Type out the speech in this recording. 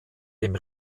dem